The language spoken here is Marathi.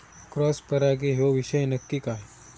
क्रॉस परागी ह्यो विषय नक्की काय?